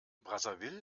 brazzaville